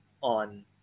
on